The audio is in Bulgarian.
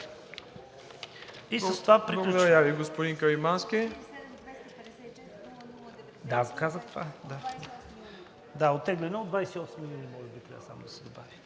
И с това приключваме.